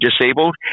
disabled